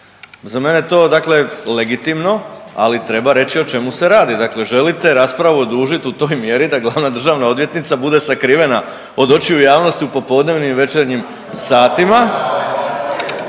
Za mene je to, dakle legitimno, ali treba reći o čemu se radi. Dakle želite raspravu odužiti u toj mjeri da glavna državna odvjetnica bude sakrivena od očiju javnosti u popodnevnim i večernjim satima,